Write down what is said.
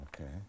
Okay